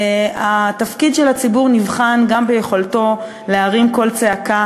התפקיד של הציבור נבחן גם ביכולתו להרים קול צעקה